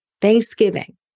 Thanksgiving